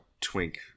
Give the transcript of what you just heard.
twink